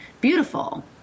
beautiful